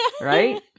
right